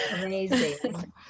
amazing